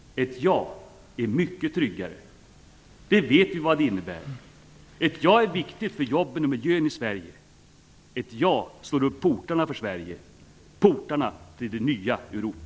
Ett ja är mycket tryggare. Vi vet vad det innebär. Ett ja är viktigt för jobben och miljön i Sverige. Ett ja slår upp portarna för Sverige, portarna till det nya Europa!